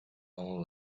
own